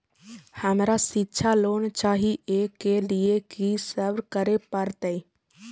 हमरा शिक्षा लोन चाही ऐ के लिए की सब करे परतै?